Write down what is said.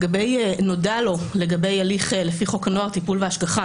לגבי "נודע לו לגבי הליך לפי חוק הנוער (טיפול והשגחה)".